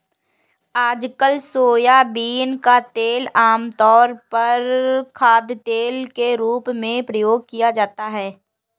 आजकल सोयाबीन का तेल आमतौर पर खाद्यतेल के रूप में प्रयोग किया जाता है